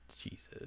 Jesus